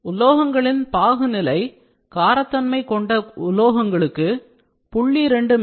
உலோகங்களின் பாகுநிலை காரத்தன்மை கொண்ட உலோகங்களுக்கு alkali metals 0